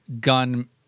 gun